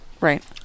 right